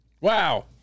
Wow